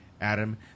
Adam